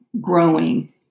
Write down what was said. growing